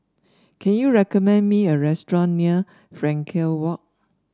can you recommend me a restaurant near Frankel Walk